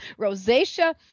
rosacea